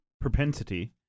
propensity